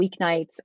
weeknights